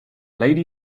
lady